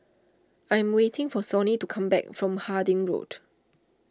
I am waiting for Sonny to come back from Harding Road